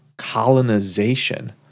Colonization